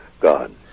God